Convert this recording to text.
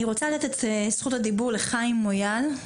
אני רוצה לתת את זכות הדיבור לחיים מויאל,